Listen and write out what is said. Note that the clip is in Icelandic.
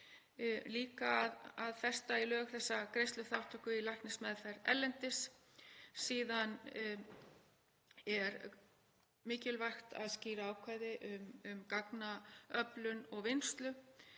líka að festa í lög þessa greiðsluþátttöku í læknismeðferð erlendis. Síðan er mikilvægt að skýra ákvæði um gagnaöflun og vinnslu,